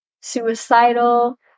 suicidal